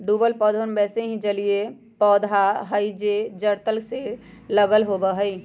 डूबल पौधवन वैसे ही जलिय पौधा हई जो जड़ तल से लगल होवा हई